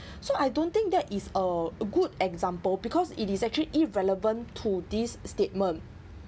so I don't think that is uh a good example because it is actually irrelevant to this statement